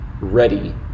ready